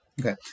Okay